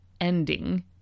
ending